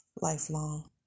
lifelong